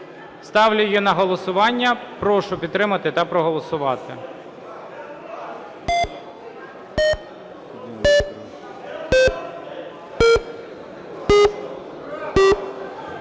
Ставлю її на голосування. Прошу підтримати та проголосувати.